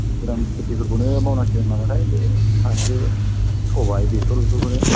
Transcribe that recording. गोरान खेथिफोरखौनो मावनांसिगोन नामाथाय बे फाथो सबाय बेसर बेफोरखौनो